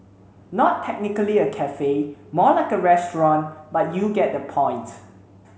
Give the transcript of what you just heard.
not technically a cafe more like a restaurant but you get the point